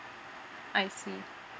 I see